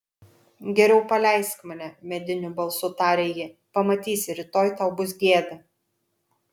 geriau paleisk mane mediniu balsu tarė ji pamatysi rytoj tau bus gėda